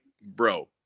bro